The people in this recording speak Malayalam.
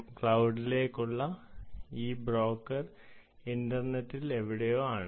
ക്ലൌഡിലുള്ള ഈ ബ്രോക്കർ ഇന്റർനെറ്റിൽ എവിടെയോ ആണ്